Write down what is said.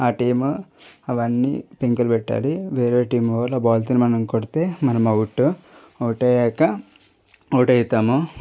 ఆ టీము అవన్నీ పెంకులు పెట్టాలి వేరే టీం వాళ్ళు ఆ బాల్ తో మనల్ని కొడితే మనం అవుట్ అవుట్ అయ్యాక అవుట్ అవుతాము